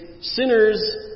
sinners